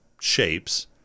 shapes